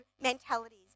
mentalities